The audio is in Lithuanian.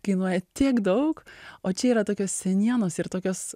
kainuoja tiek daug o čia yra tokios senienos ir tokios